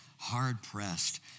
hard-pressed